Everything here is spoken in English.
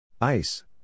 Ice